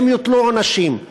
האם יוטלו עונשים?